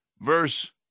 Verse